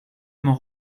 m’en